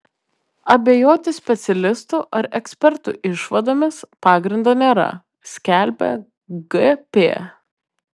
abejoti specialistų ar ekspertų išvadomis pagrindo nėra skelbia gp